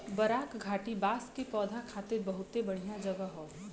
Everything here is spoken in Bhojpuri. बराक घाटी बांस के पौधा खातिर बहुते बढ़िया जगह हौ